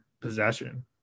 possession